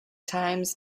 times